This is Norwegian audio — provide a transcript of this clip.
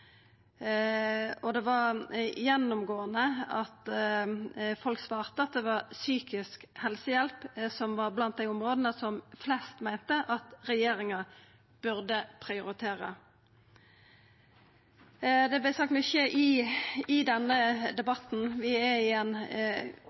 Det var gjennomgåande at folk, dei fleste, svarte at psykisk helsehjelp var blant dei områda ein meinte at regjeringa burde prioritera. Det har vore sagt mykje i denne debatten. Vi er i